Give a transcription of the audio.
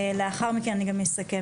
לאחר מכן אני גם אסכם.